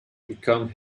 become